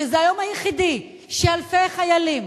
שזה היום היחידי שאלפי חיילים